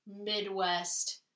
Midwest